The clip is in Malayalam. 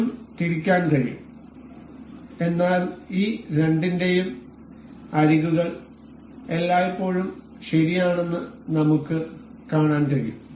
ഇതും തിരിക്കാൻ കഴിയും എന്നാൽ ഈ രണ്ടിന്റെയും അരികുകൾ എല്ലായ്പ്പോഴും ശരിയാണെന്ന് നമുക്ക് എല്ലായ്പ്പോഴും കാണാൻ കഴിയും